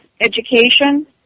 education